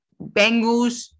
Bengals